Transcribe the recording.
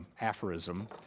aphorism